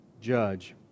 judge